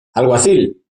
alguacil